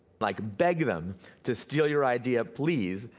like beg them to steal your idea, please,